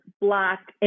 black